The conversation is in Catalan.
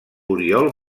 oriol